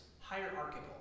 hierarchical